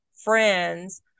friends